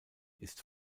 ist